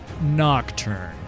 Nocturne